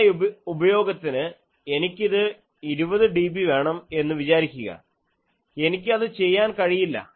ചില ഉപയോഗത്തിന് എനിക്കിതു 20dB വേണം എന്ന് വിചാരിക്കുക എനിക്ക് അത് ചെയ്യാൻ കഴിയില്ല